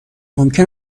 ممکن